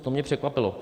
To mě překvapilo.